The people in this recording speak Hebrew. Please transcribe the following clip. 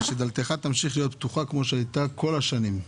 שדלתך תמשיך להיות פתוחה כפי שהייתה כל השנים.